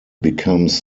becomes